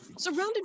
Surrounded